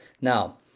Now